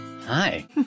Hi